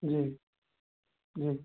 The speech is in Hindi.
जी जी